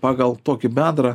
pagal tokį bendrą